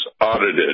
audited